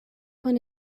von